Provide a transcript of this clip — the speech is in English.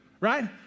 right